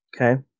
Okay